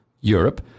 Europe